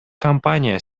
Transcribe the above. компания